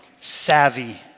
savvy